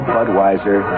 Budweiser